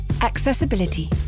Accessibility